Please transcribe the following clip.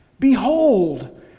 behold